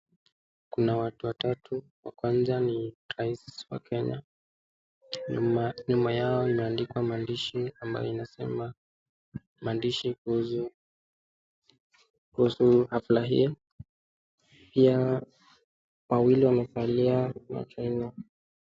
Kuna watu watatu wa kwanza ni rais wa Kenya nyuma yao imeandikwa maandishi ambayo inasema maandishi kuhusu hafla hii pia wawili wamevalia macho nne.